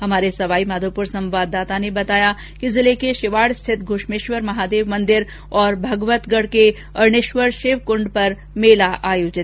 हमारे सवाईमाधोपुर संवाददाता ने बताया कि जिले के शिवाड रिथित घृश्मेश्वर महादेव मन्दिर और भगवतगढ अरणेश्वर शिव कृण्ड पर मेला भरा